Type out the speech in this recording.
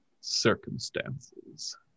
circumstances